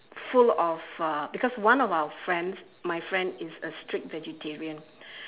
full of uh because one of our friends my friend is a strict vegetarian